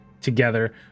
together